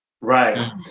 Right